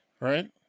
right